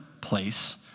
place